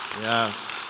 Yes